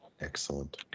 Excellent